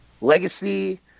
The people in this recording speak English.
legacy